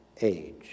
age